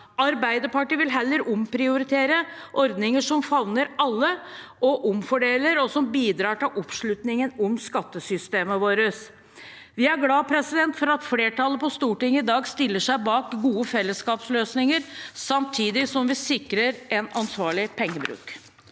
Arbeiderpartiet vil heller prioritere ordninger som favner alle, som omfordeler, og som bidrar til oppslutning om skattesystemet vårt. Vi er glad for at flertallet på Stortinget i dag stiller seg bak gode fellesskapsløsninger, samtidig som vi sikrer en ansvarlig pengebruk.